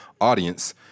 audience